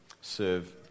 serve